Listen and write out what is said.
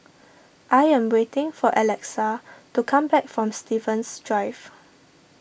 I am waiting for Alexa to come back from Stevens Drive